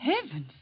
heavens